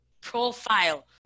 profile